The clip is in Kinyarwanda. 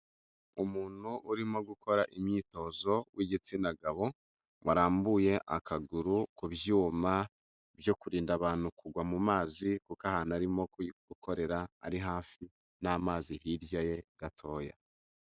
Umuntu urimo gukora imyitozo w'igitsina gabo warambuye akaguru ku byuma byo kurinda abantu kugwa mu mazi kuko ahantu arimo gukorera ari hafi n'amazi hirya ye gatoya.